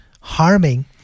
harming